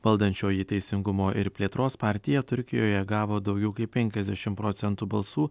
valdančioji teisingumo ir plėtros partija turkijoje gavo daugiau kaip penkiasdešim procentų balsų